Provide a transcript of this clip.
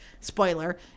spoiler